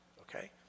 okay